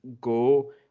go